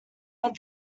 but